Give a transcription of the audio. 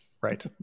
right